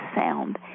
sound